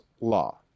law